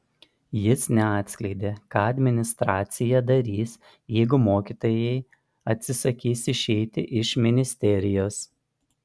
jis neatskleidė ką administracija darys jeigu mokytojai atsisakys išeiti iš ministerijos